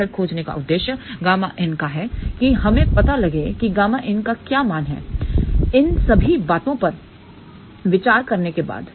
दरअसल खोजने का उद्देश्य Ƭin का है किहमें पता लगे की Ƭin का क्या मान है इन सभी बातों पर विचार करने के बाद